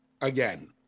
again